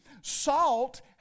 salt